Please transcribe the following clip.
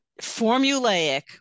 formulaic